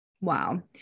Wow